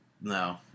no